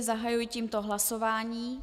Zahajuji tímto hlasování.